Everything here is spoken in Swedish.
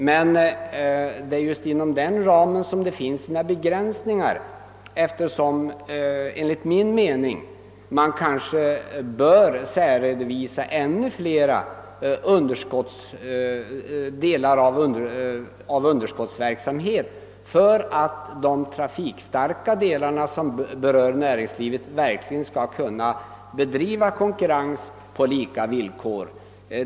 Men just i detta avseende finns det vissa begränsningar; man borde enligt min uppfattning kanske särredovisa ännu fler bandelar som går med underskott, för att de trafikstarka delar som berör näringslivet verkligen skall kunna konkurrera på lika villkor.